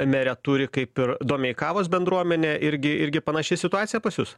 mere turi kaip ir domeikavos bendruomenė irgi irgi panaši situacija pas jus